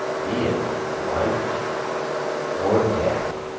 be it life or death,